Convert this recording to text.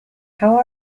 how